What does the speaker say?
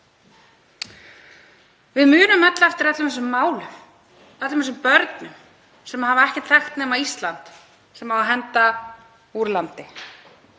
Við munum öll eftir öllum þessum málum, öllum þessum börnum, sem hafa ekkert þekkt nema Ísland, sem á að henda úr landi.